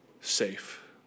safe